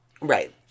Right